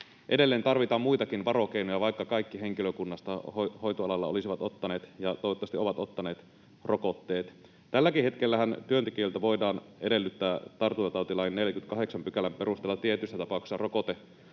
edelleen tarvitaan muitakin varokeinoja, vaikka kaikki henkilökunnasta hoitoalalla olisivat ottaneet, ja toivottavasti ovat ottaneet, rokotteet. Tälläkin hetkellähän työntekijöiltä voidaan edellyttää tartuntatautilain 48 §:n perusteella tietyissä tapauksissa rokotesuojaa,